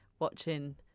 watching